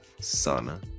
Sana